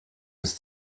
des